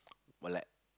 or like